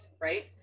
right